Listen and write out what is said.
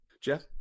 Jeff